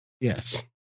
Yes